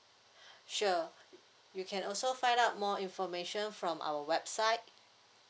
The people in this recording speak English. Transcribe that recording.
sure you can also find out more information from our website